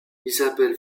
isabelle